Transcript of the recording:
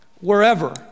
wherever